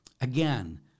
again